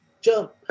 Jump